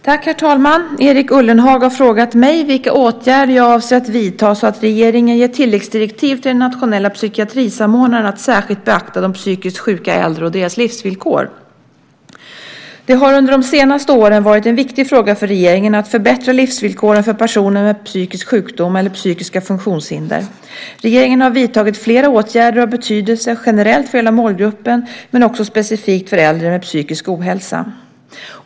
Herr talman! Erik Ullenhag har frågat mig vilka åtgärder jag avser att vidta så att regeringen ger tilläggsdirektiv till den nationella psykiatrisamordnaren att särskilt beakta de psykiskt sjuka äldre och deras livsvillkor. Det har under de senaste åren varit en viktig fråga för regeringen att förbättra livsvillkoren för personer med psykisk sjukdom eller psykiska funktionshinder. Regeringen har vidtagit flera åtgärder av betydelse generellt för hela målgruppen men också specifikt för äldre med psykisk ohälsa.